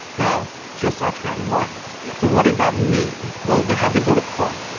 now, joe satriani won. yeah, so what did that mean? well, they had to go to court,